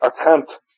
attempt